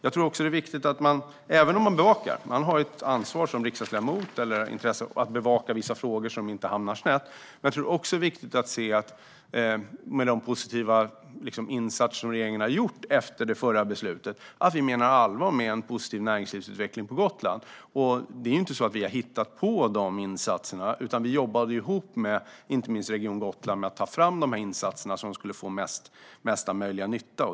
Som riksdagsledamot har man ett ansvar eller ett intresse av att bevaka olika frågor så att de inte hamnar snett, men jag tror också att det är viktigt att se, med de positiva insatser som regeringen har gjort efter det förra beslutet, att vi menar allvar med en positiv näringslivsutveckling på Gotland. Det är ju inte några insatser som vi har hittat på, utan vi jobbade ihop med inte minst Region Gotland när det gällde att ta fram insatser som skulle få mesta möjliga nytta.